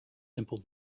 simple